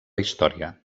història